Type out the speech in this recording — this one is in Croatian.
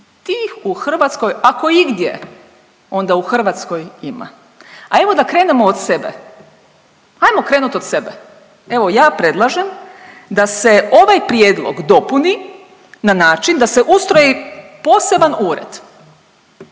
tih u Hrvatskoj ako igdje onda u Hrvatskoj ima. A evo da krenemo od sebe, hajmo krenut od sebe. Evo ja predlažem da se ovaj prijedlog dopuni na način da se ustroji poseban ured